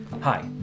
Hi